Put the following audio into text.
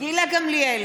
גילה גמליאל,